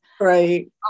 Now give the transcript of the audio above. Right